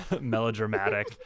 melodramatic